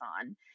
on